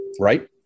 Right